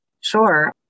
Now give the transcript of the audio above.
Sure